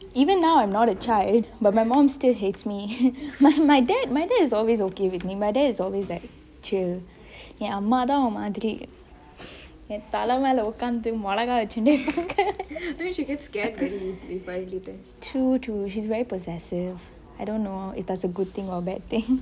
even now I'm not a child but my mom still hates me my my dad my dad is always okay with me my dad is always like chill என் அம்மாதா ஒரு மாதிரி என் தல மேல ஒக்காந்து மொலகா அரச்சின்டெ இருக்கா:yen ammathaa oru maathiri en thala mele okkanthu molagaa arainchide irukaa true true she is very possessive I don't know whether that is a good thing or a bad thing